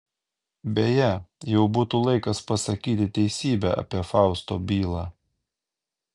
beje jau būtų laikas pasakyti teisybę apie fausto bylą